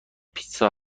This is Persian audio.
پیتزا